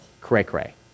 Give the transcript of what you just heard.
cray-cray